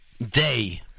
day